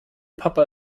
papa